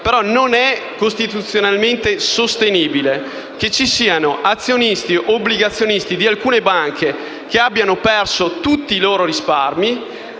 costituzionalmente sostenibile che ci siano azionisti o obbligazionisti di alcune banche che hanno perso tutti i loro risparmi,